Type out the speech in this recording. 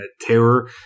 terror